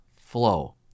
flow